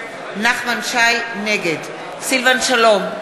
נגד סילבן שלום,